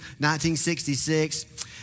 1966